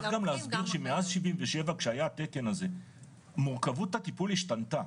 צריך גם להסביר שמאז 77' שהיה התקן הזה מורכבות הטיפול השתנתה,